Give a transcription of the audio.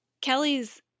Kelly's